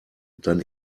dann